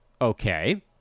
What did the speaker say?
Okay